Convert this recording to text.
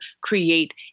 create